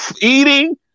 eating